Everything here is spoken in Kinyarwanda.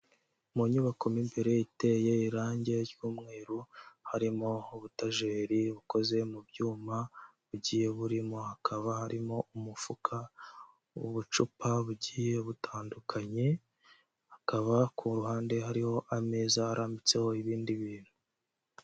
Mu nyubako mu imbere iteye irangi ry'umweru, harimo ubutajeri bukoze mu byuma, bugiye burimo hakaba harimo umufuka w'ubucupa bugiye butandukanye, hakaba ku ruhande hariho ameza arambitseho ibindi bintu.